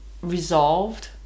resolved